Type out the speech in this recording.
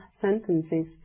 sentences